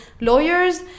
lawyers